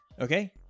Okay